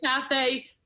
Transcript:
Cafe